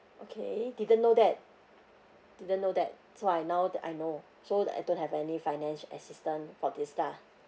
okay didn't know that didn't know that so I now that I know so that I don't have any finance assistance for this lah